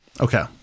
okay